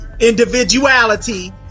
individuality